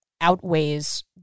outweighs